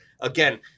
Again